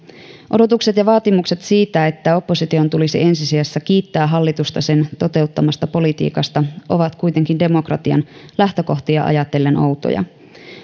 odotukset ja vaatimukset siitä että opposition tulisi ensi sijassa kiittää hallitusta sen toteuttamasta politiikasta ovat kuitenkin demokratian lähtökohtia ajatellen outoja